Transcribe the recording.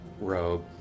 robe